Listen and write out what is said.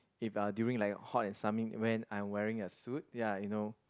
if uh during like a hot and summing when I'm wearing a suit ya you know